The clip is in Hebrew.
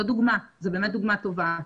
זאת באמת דוגמה טובה.